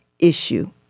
issue